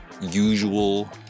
usual